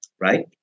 right